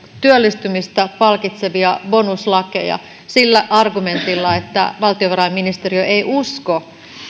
työllistymistä palkitsevia bonuslakeja sillä argumentilla että valtiovarainministeriö ei usko